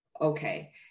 okay